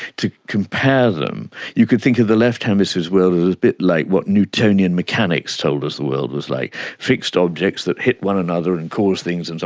to compare them, you could think of the left hemisphere's world is a bit like what newtonian mechanics told us the world was like fixed objects that hit one another and cause things and